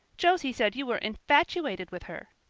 josie said you were infatuated with her.